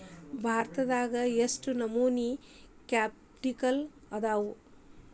ಭಾರತದಾಗ ಯೆಷ್ಟ್ ನಮನಿ ಕ್ಯಾಪಿಟಲ್ ಅದಾವು?